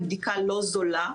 היא בדיקה לא זולה.